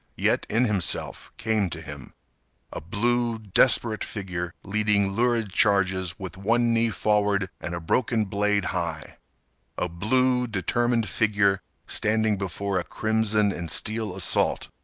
yet in himself, came to him a blue desperate figure leading lurid charges with one knee forward and a broken blade high a blue, determined figure standing before a crimson and steel assault,